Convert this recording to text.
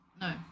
no